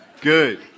Good